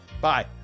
Bye